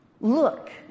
look